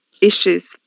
issues